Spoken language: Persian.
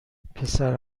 پسر